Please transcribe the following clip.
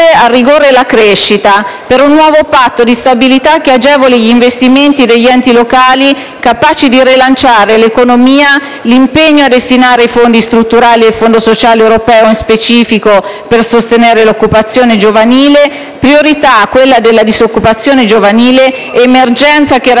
al rigore e la crescita, per un nuovo Patto di stabilità che agevoli gli investimenti degli enti locali, capaci di rilanciare l'economia; è necessario l'impegno a destinare i fondi strutturali e il Fondo sociale europeo, nello specifico, per sostenere l'occupazione giovanile. Quella della disoccupazione giovanile è una priorità e